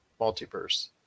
Multiverse